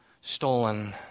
stolen